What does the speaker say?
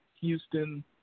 Houston